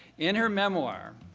in her memoir,